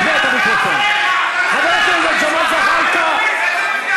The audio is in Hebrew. אנחנו עדים לאחת מהממשלות החברתיות ביותר שקמו בשנים האחרונות.